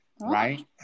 right